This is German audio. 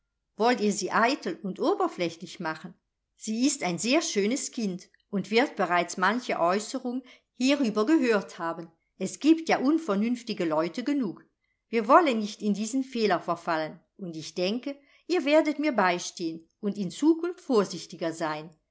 wollt ihr sie eitel und oberflächlich machen sie ist ein sehr schönes kind und wird bereits manche aeußerung hierüber gehört haben es giebt ja unvernünftige leute genug wir wollen nicht in diesen fehler verfallen und ich denke ihr werdet mir beistehen und in zukunft vorsichtiger sein